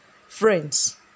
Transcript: Friends